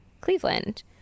Cleveland